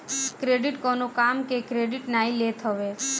credit कवनो काम के क्रेडिट नाइ लेत हवे